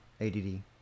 ADD